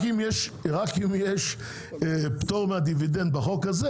רק אם יש פטור מהדיבידנד בחוק הזה,